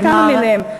כמה מילים.